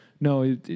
No